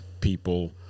people